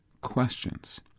questions